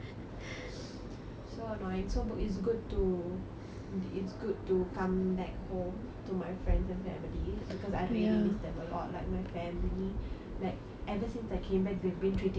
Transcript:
so annoying so but is good too it's good to come back home to my friends and family because I really miss them a lot like my family like ever since I came back they've been treating me like a